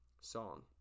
song